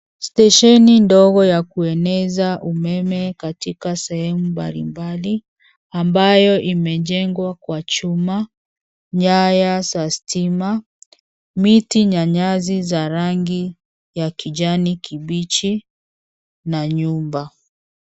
Stesheni ndogo ya kueneza umeme katika sehemu mbalimbali ambayo imejengwa kwa chuma, nyaya za stima, miti na nyasi za rangi ya kijani kibichi na nyumba.